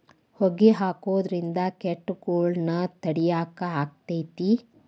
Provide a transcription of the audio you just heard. ಹೊಗಿ ಹಾಕುದ್ರಿಂದ ಕೇಟಗೊಳ್ನ ತಡಿಯಾಕ ಆಕ್ಕೆತಿ?